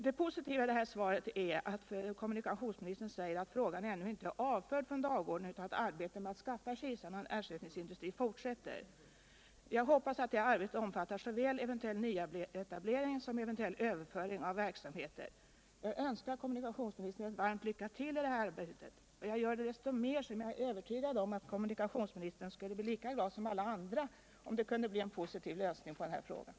Det positiva I det här svaret är att kommunikationsministern säger att frågan ännu inte är avförd från dagordningen. utan att arbetet med att skaffa Kisa någon ersättningsindustri fortsätter. Jag hoppas att det arbetet omfattar såväl eventnell nyctablering som eventuell överföring av verksamheter. Jag önskar kommunikationsministern varmt lycka till i det här arbetet. Jag gör det desto mer som jag är övertygad om att kommunikationsministern skulle bli lika glad som alla andra för en positiv lösning av problemet.